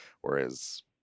whereas